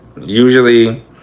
usually